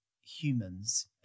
humans